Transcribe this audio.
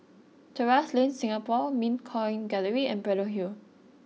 Terrasse Lane Singapore Mint Coin Gallery and Braddell Hill